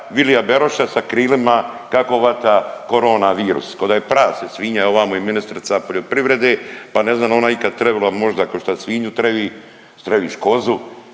Vilija Beroša sa krilima kako vata korona virus, koda je prase, svinja, evo ovamo je i ministrica poljoprivrede, pa ne znam je li ona ikad trevila možda košta svinju trevi, treviš kozu,